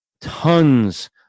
tons